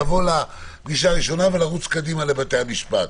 לבוא לפגישה הראשונה ולרוץ קדימה לבתי המשפט.